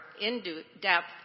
in-depth